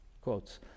quotes